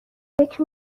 فکر